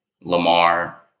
Lamar